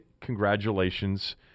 congratulations